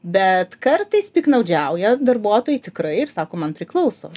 bet kartais piktnaudžiauja darbuotojai tikrai ir sako man priklauso